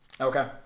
Okay